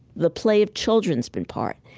the play of children's been part.